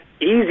Easy